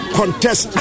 contest